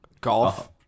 golf